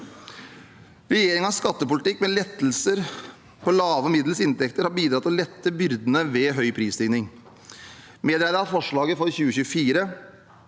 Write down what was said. Regjeringens skattepolitikk med lettelser på lave og middels inntekter har bidratt til å lette byrdene ved høy prisstigning. Medregnet forslaget for 2024